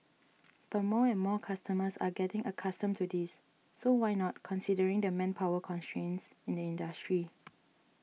but more and more customers are getting accustomed to this so why not considering the manpower constraints in the industry